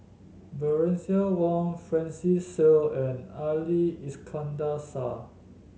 Bernice Wong Francis Seow and Ali Iskandar Shah